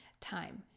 Time